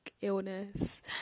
illness